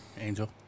Angel